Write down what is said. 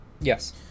Yes